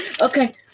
okay